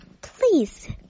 Please